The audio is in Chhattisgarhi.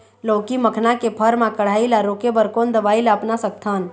लाउकी मखना के फर मा कढ़ाई ला रोके बर कोन दवई ला अपना सकथन?